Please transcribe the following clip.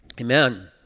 Amen